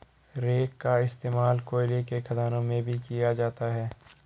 rake का इश्तेमाल कोयले के खदानों में भी किया जाता है